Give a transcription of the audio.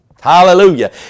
Hallelujah